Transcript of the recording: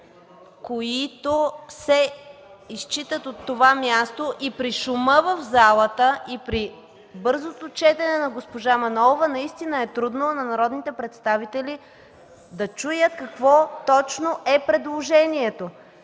които се изчитат от това място. При шума в залата и при бързото четене на госпожа Манолова наистина е трудно на народните представители да чуят какво точно е предложението.